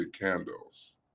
candles